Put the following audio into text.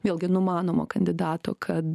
vėlgi numanomo kandidato kad